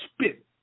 spit